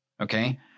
okay